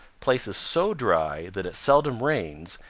places so dry that it seldom rains,